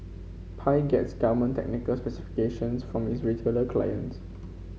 pie gets garment technical specifications from is retailer clients